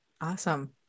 Awesome